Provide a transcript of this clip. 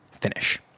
finish